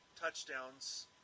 touchdowns